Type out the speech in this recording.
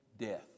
death